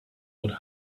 would